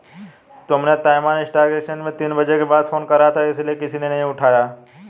तुमने Taiwan stock exchange में तीन बजे के बाद फोन करा था इसीलिए किसी ने उठाया नहीं